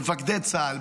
במפקדי צה"ל,